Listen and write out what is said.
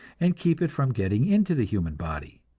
and keep it from getting into the human body.